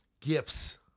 gifts